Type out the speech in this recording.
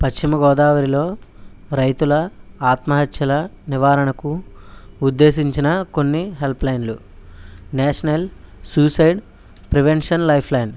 పశ్చిమగోదావరిలో రైతుల ఆత్మహత్యల నివారణకు ఉద్దేశించిన కొన్ని హెల్ప్లైన్లు నేషనల్ సూసైడ్ ప్రివెన్షన్ లైఫ్లైన్